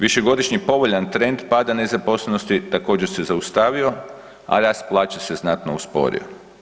Višegodišnji povoljan trend pada nezaposlenosti također se zaustavio, a rast plaća se znatno usporio.